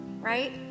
Right